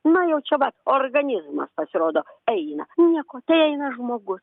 nu jau čia vat organizmas pasirodo eina nieko tai eina žmogus